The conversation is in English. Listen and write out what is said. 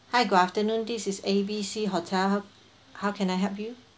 hi good afternoon this is A B C hotel how how can I help you